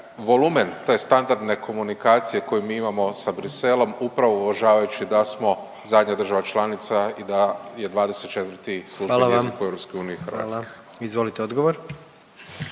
volumen te standardne komunikacije koji mi imamo sa Bruxellesom upravo uvažavajući da smo zadnja država članica i da je 24. službeni …/Upadica predsjednik: Hvala vam./… jezik u